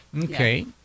okay